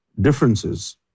differences